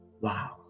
wow